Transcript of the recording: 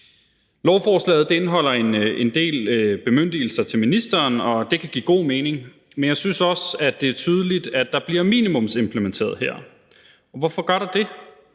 Lovforslaget indeholder en del bemyndigelser til ministeren, og det kan give god mening, men jeg synes også, at det er tydeligt, at der bliver minimumsimplementeret her. Hvorfor gør der det?